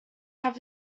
have